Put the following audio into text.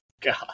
God